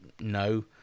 No